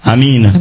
Amen